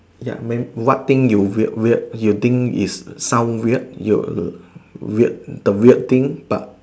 ya may what thing you weird weird you think is sound weird you the weird thing but